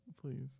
please